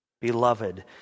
Beloved